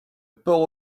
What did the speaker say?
port